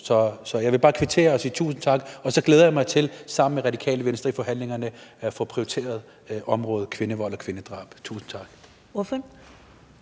Jeg vil bare kvittere og sige tusind tak, og så glæder jeg mig til sammen med Radikale Venstre i forhandlingerne at få prioriteret området kvindevold og kvindedrab. Tusind tak.